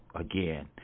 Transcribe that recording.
again